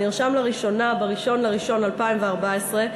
שנרשם לראשונה ב-1 בינואר 2014,